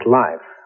life